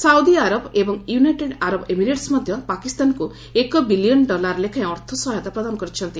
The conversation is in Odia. ସାଉଦି ଆରବ ଏବଂ ୟୁନାଇଟେଡ ଆରବ ଏମିରେଟ୍ସ ମଧ୍ୟ ପାକିସ୍ତାନକୁ ଏକ ବିଲିୟନ ଡଲାର ଲେଖାଏଁ ଅର୍ଥ ସହାୟତା ପ୍ରଦାନ କରିଛନ୍ତି